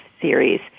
series